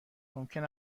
ممکن